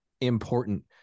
important